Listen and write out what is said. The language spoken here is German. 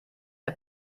der